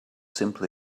simply